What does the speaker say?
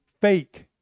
fake